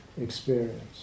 experience